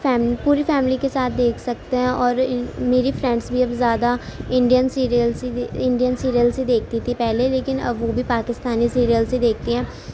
fame پوری family کے ساتھ دیکھ سکتے ہیں اور میری فیرنڈس بھی اب زیادہ انڈین سیریلس ہی انڈین سیریلس ہی دیکھتی تھیں پہلے لیکن اب وہ بھی پاکستانی سیریلس ہی دیکھتی ہیں